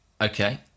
Okay